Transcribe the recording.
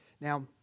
Now